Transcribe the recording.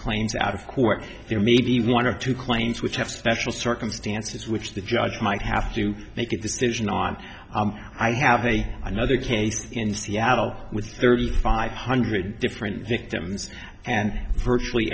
of court there may be one or two claims which have special circumstances which the judge might have to make a decision on i have a another case in seattle with thirty five hundred different victims and virtually